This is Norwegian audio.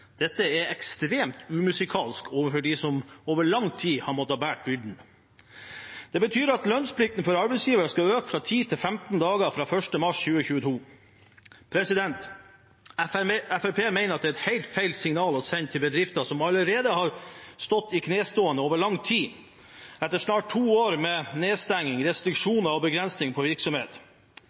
Dette er ekstremt umusikalsk overfor dem som over lang tid har måttet bære byrden. Det betyr at lønnsplikten for arbeidsgivere skal øke fra ti til femten dager fra 1. mars 2022. Fremskrittspartiet mener det er et helt feil signal å sende til bedrifter som allerede har stått i knestående over lang tid, etter snart to år med nedstengning, restriksjoner og begrensning på virksomhet.